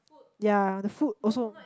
yea the food also